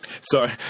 Sorry